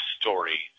story